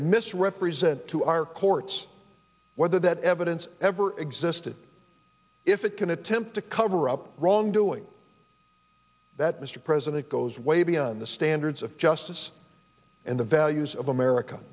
can misrepresent to our courts whether that evidence ever existed if it can attempt to cover up wrongdoing that mr president goes way beyond the standards of justice and the values of america